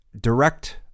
direct